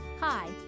Hi